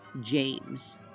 James